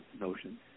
notion